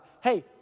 Hey